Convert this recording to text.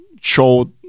show